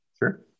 Sure